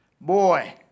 Boy